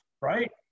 Right